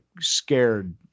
scared